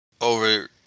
over